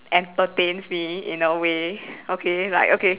entertains me in a way okay like okay